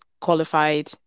qualified